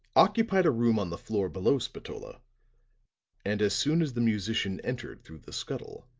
occupied a room on the floor below spatola and as soon as the musician entered through the scuttle,